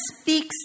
speaks